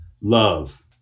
love